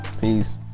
Peace